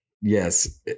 yes